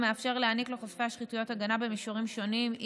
החוק מאפשר להעניק לחושפי השחיתויות הגנה במישורים שונים.